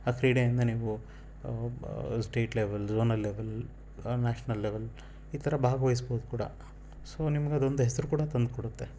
ಆ ಕ್ರೀಡೆಯಿಂದ ನೀವು ಬ state level zonal level national level ಈ ಥರ ಭಾಗ್ವಯ್ಸ್ಬೋದು ಕೂಡ ಸೊ ನಿಮ್ಗೆ ಅದೊಂದು ಹೆಸರೂ ಕೂಡ ತಂದು ಕೊಡುತ್ತೆ